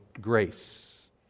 grace